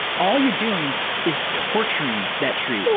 all you're doing is torturing that tree.